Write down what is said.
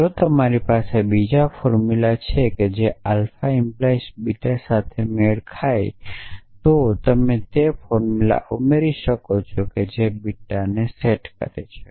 જો તમારી પાસે બીજો ફોર્મુલા છે જે આલ્ફા 🡪 બીટા સાથે મેળ ખાય છે તો તમે તે ફોર્મુલા ઉમેરી શકો છો જે બીટાને સેટ કરે છે